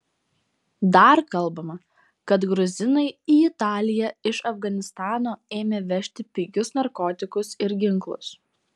dar kalbama kad gruzinai į italiją iš afganistano ėmė vežti pigius narkotikus ir ginklus